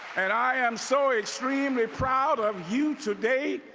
and i am so extremely proud of you today,